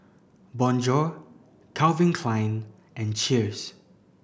Bonjour Calvin Klein and Cheers